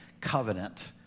covenant